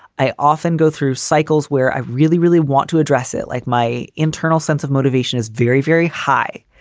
i often go through cycles where i really, really want to address it. like my internal sense of motivation is very, very high.